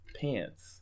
pants